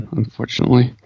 unfortunately